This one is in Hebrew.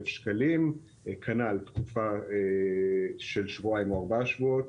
שקלים בתקופה של שבועיים או ארבעה שבועות.